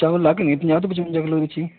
ਚਾਵਲ ਲੱਗ ਜਾਣਗੇ ਪੰਜਾਹ ਤੋਂ ਪਚਵੰਜਾ ਦੇ ਵਿਚ ਜੀ